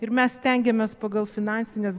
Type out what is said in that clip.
ir mes stengiamės pagal finansines